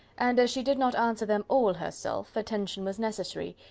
and as she did not answer them all herself, attention was necessary,